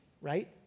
right